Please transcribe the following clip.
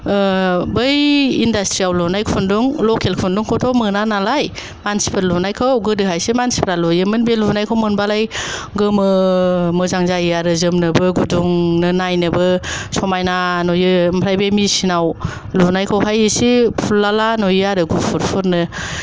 बै इन्डास्ट्रियाव लुनाय खुन्दुं लकेल खुन्दुंखौथ' मोना नालाय मानसिफोर लुनायखौ गोदोहायसो मानसिफ्रा लुयोमोन बे लुनायखौ मोनबालाय गोमो मोजां जायो आरो जोमनोबो गुदुंनो नायनोबो समायना नुयो आमफ्राय बे मेशिनाव लुनायखौहाय एसे फुरलाला नुयो आरो गुफुर फुरनो